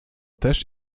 też